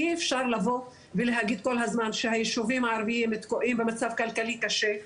אי אפשר לבוא ולהגיד כל הזמן שהיישובים הערביים תקועים במצב כלכלי קשה,